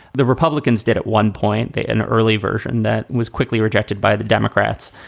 the republicans did at one point they an early version that was quickly rejected by the democrats.